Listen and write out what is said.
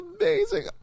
amazing